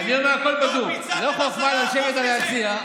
אתה אומר לי פה מענק על החזרת עובדים.